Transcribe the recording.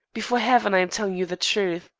before heaven i am telling you the truth.